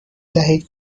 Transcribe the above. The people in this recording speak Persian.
دهید